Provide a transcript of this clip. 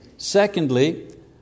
Secondly